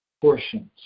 portions